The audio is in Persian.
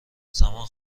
زمان